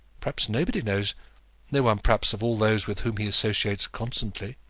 perhaps nobody knows no one, perhaps, of all those with whom he associates constantly.